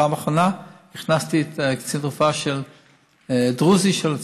בפעם האחרונה הכנסתי קצין רפואה דרוזי של צה"ל.